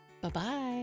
Bye-bye